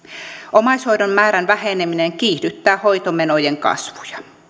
omaishoidon määrän väheneminen kiihdyttää hoitomenojen kasvua